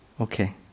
Okay